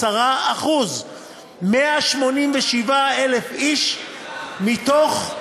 10%. 187,000 איש מתוך,